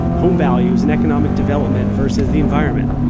home values and economic development versus the environment.